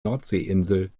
nordseeinsel